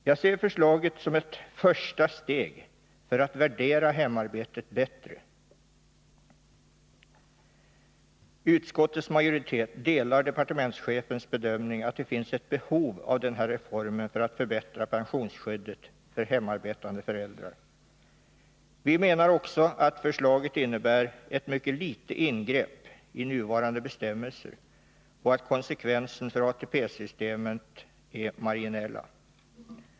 Jag ser förslaget som ett första steg i riktning mot att värdera hemarbetet högre. Utskottets majoritet delar departementschefens bedömning att det finns ett behov av den här reformen för att förbättra pensionsskyddet för hemarbetande föräldrar. Vi menar också att förslaget innebär ett mycket litet ingreppi nuvarande bestämmelser och att konsekvenserna för ATP-systemet är marginella.